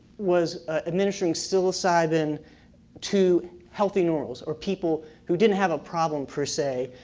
was administering psilocybin to healthy normals, or people who didn't have a problem per se.